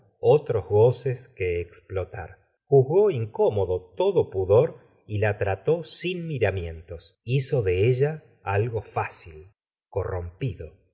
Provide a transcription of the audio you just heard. otros goces que explotar juzgó incómodo todo pudor y la trató la señora de bov ary gustavo flaubert sin miramientos hizo de ella algo fácil corrompido